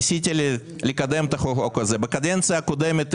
במקום דמי